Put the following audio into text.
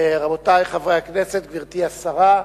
רבותי חברי הכנסת, גברתי השרה,